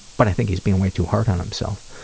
but i think he's being way too hard on himself.